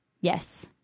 yes